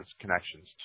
connections